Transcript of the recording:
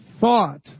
thought